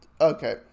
Okay